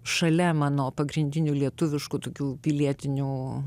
šalia mano pagrindinių lietuviškų tokių pilietinių